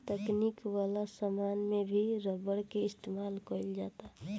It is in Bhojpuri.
तकनीक वाला समान में भी रबर के इस्तमाल कईल जाता